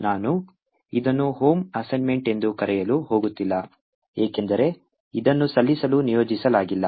ನಾನು ಇದನ್ನು home assignment ಎಂದು ಕರೆಯಲು ಹೋಗುತ್ತಿಲ್ಲ ಏಕೆಂದರೆ ಇದನ್ನು ಸಲ್ಲಿಸಲು ನಿಯೋಜಿಸಲಾಗಿಲ್ಲ